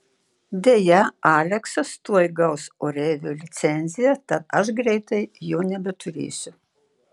deja aleksas tuoj gaus oreivio licenciją tad aš greitai jo nebeturėsiu